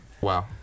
Wow